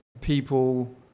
people